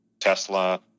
Tesla